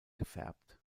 gefärbt